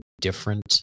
different